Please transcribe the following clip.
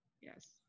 Yes